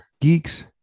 geeks